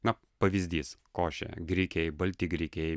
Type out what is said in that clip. na pavyzdys košė grikiai balti grikiai